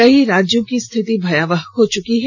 कई राज्यों की स्थिति भयावह हो चुकी है